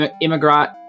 Immigrant